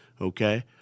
Okay